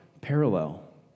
parallel